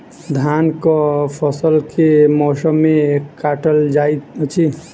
धानक फसल केँ मौसम मे काटल जाइत अछि?